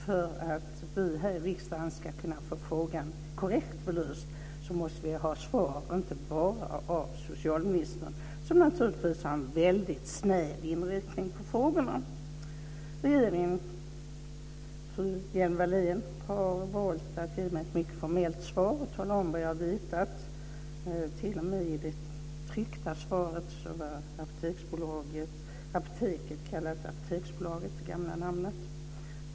För att vi här i riksdagen ska kunna få frågan korrekt belyst måste vi ha svar inte bara av socialministern, som naturligtvis har en väldigt snäv inriktning på frågorna. Regeringen och fru Hjelm-Wallén har här valt att ge mig ett mycket formellt svar och tala om vad jag vetat. I det utdelade tryckta svaret kallades t.o.m. Apoteket AB för Apoteksbolaget, vilket var det gamla namnet.